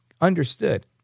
Understood